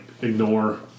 ignore